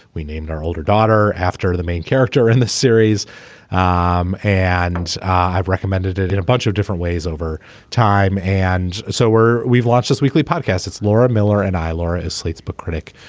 we named our older daughter after the main character in the series um and i've recommended it in a bunch of different ways over time and so we're we've launched this weekly podcast it's laura miller and laura is slate's book critic